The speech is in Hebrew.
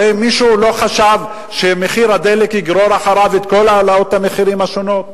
הרי מישהו לא חשב שמחיר הדלק יגרור אחריו את כל העלאות המחירים השונות?